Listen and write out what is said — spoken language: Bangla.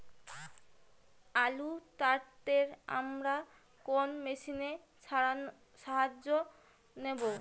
আলু তাড়তে আমরা কোন মেশিনের সাহায্য নেব?